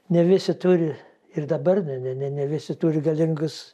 ne visi turi ir dabar ne visi turi galingus